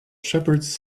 shepherds